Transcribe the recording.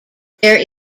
there